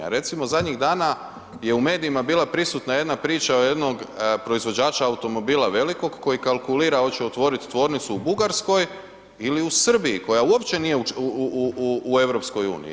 A recimo zadnjih dana je u medijima bila prisutna jedna priča jednog proizvođača automobila velikog, koji kalkulira hoće li otvoriti tvornicu u Bugarskoj ili u Srbiji koja uopće nije u EU.